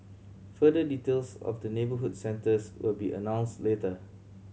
further details of the neighbourhood centres will be announced later